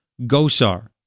Gosar